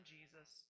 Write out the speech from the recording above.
Jesus